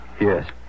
yes